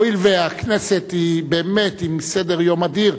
הואיל והכנסת היא באמת היא עם סדר-יום אדיר,